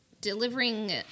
delivering